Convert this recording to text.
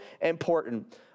important